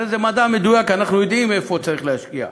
הרי זה מדע מדויק, אנחנו יודעים איפה צריך להשקיע,